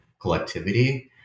collectivity